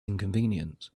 inconvenience